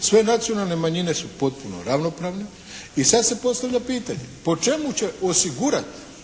sve nacionalne manjine su potpuno ravnopravne. I sad se postavlja pitanje. Po čemu će osigurati